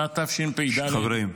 שנת תשפ"ד, חברים,